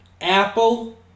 apple